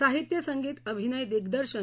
साहित्य संगीत अभिनय दिग्दर्शन